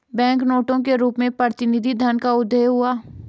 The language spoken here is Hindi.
बैंक नोटों के रूप में प्रतिनिधि धन का उदय हुआ